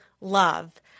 love